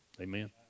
Amen